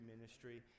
ministry